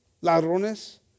ladrones